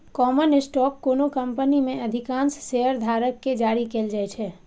common stock कोनो company मे अधिकांश शेयरधारक कें जारी कैल जाइ छै